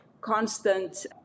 constant